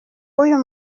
wuyu